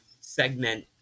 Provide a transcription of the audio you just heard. segment